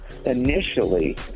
Initially